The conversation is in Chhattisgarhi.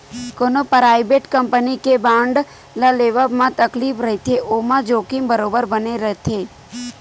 कोनो पराइबेट कंपनी के बांड ल लेवब म तकलीफ रहिथे ओमा जोखिम बरोबर बने रथे